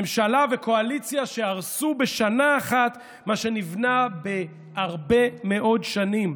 ממשלה וקואליציה שהרסו בשנה אחת מה שנבנה בהרבה מאוד שנים.